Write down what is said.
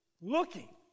Looking